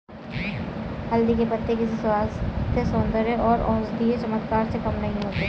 हल्दी के पत्ते किसी स्वास्थ्य, सौंदर्य और औषधीय चमत्कार से कम नहीं होते